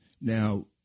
Now